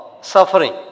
suffering